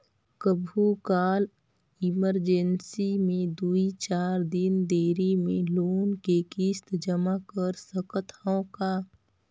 कभू काल इमरजेंसी मे दुई चार दिन देरी मे लोन के किस्त जमा कर सकत हवं का?